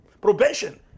probation